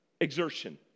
exertion